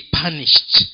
punished